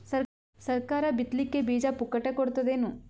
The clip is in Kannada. ಸರಕಾರ ಬಿತ್ ಲಿಕ್ಕೆ ಬೀಜ ಪುಕ್ಕಟೆ ಕೊಡತದೇನು?